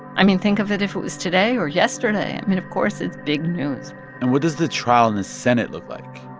i mean, think of it if it was today or yesterday. i mean, of course it's big news and what does the trial in the senate look like?